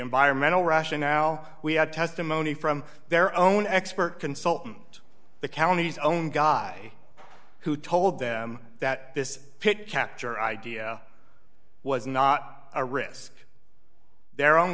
environmental rationale we had testimony from their own expert consultant the county's own guy who told them that this pit capture idea was not a risk their own